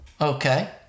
Okay